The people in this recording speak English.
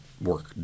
work